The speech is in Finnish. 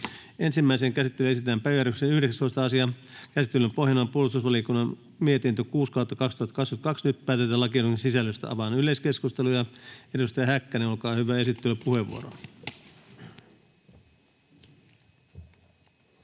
Ensimmäiseen käsittelyyn esitellään päiväjärjestyksen 19. asia. Käsittelyn pohjana on puolustusvaliokunnan mietintö PuVM 6/2022 vp. Nyt päätetään lakiehdotusten sisällöstä. — Avaan yleiskeskustelun. Edustaja Häkkänen, olkaa hyvä, esittelypuheenvuoro.